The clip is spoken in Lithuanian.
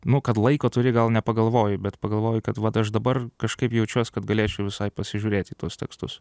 nu kad laiko turi gal nepagalvoji bet pagalvoji kad aš dabar kažkaip jaučiuos kad galėčiau visai pasižiūrėt į tuos tekstus